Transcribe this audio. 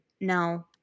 no